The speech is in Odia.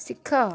ଶିଖ